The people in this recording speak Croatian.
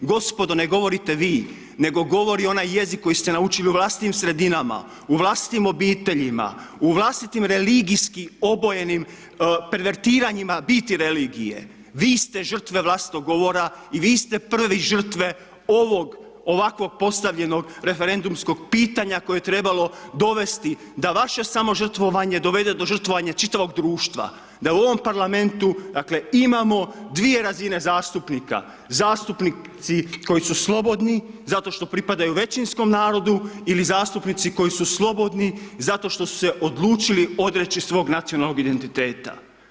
Gospodo, ne govorite vi, nego govori onaj jezik koji ste naučili u vlastitim sredinama, u vlastitim obiteljima, u vlastitim religijski obojenim pervertiranjima biti religije, vi ste žrtve vlastitog govora i vi ste prvi žrtve ovog ovako postavljanog referendumskog pitanja koje je trebalo dovesti da vaše samožrtvovanje dovede do žrtvovanja čitavog društva, da u ovom Parlamentu dakle imamo dvije razine zastupnika, zastupnici koji su slobodni zato što pripadaju većinskom narodu ili zastupnici koji su slobodni zato što su se odlučili odreći svog nacionalnog identiteta.